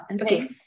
Okay